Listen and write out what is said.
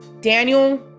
Daniel